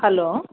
hello